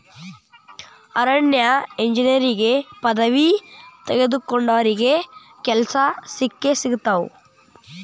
ಅರಣ್ಯ ಇಂಜಿನಿಯರಿಂಗ್ ಪದವಿ ತೊಗೊಂಡಾವ್ರಿಗೆ ಕೆಲ್ಸಾ ಸಿಕ್ಕಸಿಗತಾವ